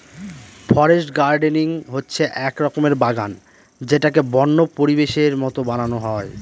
forest gardening হচ্ছে এক রকমের বাগান যেটাকে বন্য পরিবেশের মতো বানানো হয়